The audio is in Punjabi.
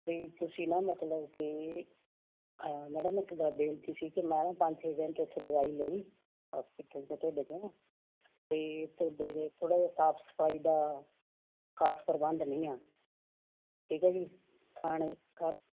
ਬਈ ਤੁਸੀਂ ਨਾ ਮਤਲਬ ਕਿ ਮੈਡਮ ਇੱਕ ਬਾਰ ਬੇਨਤੀ ਸੀ ਕਿ ਮੈਂ ਨਾ ਪੰਜ ਛੇ ਦਿਨ ਤੋਂ ਉੱਥੇ ਦਵਾਈ ਲਈ ਹੋਸਪਿਟਲ ਤੋਂ ਤੁਹਾਡੇ ਤੋਂ ਅਤੇ ਤੁਹਾਡੇ ਜੇ ਥੋੜ੍ਹਾ ਜਿਹਾ ਸਾਫ਼ ਸਫਾਈ ਦਾ ਖ਼ਾਸ ਪ੍ਰਬੰਧ ਨਹੀਂ ਆ ਠੀਕ ਹੈ ਜੀ ਖਾਣ ਖਾ